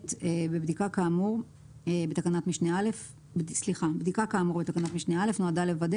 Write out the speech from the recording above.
בדיקה כאמור בתקנת משנה (א) נועדה לוודא